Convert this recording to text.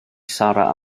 sarra